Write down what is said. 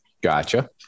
Gotcha